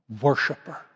worshiper